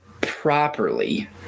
properly